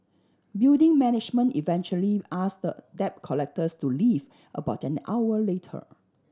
building management eventually ask the debt collectors to leave about an hour later